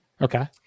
Okay